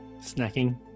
Snacking